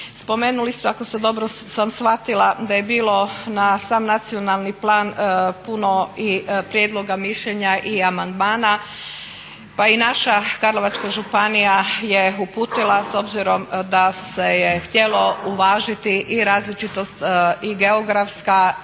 Spomenuli ste, ako sam dobro shvatila, da je bilo na sam nacionalni plan puno i prijedloga, mišljenja i amandmana. Pa i naša Karlovačka županija je uputila s obzirom da se htjelo uvažiti i različitost i geografska i